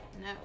no